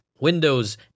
windows